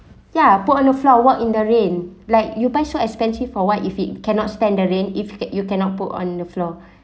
ya put on the floor walk in the rain like you buy so expensive for what if it cannot stand the rain if you cannot put on the floor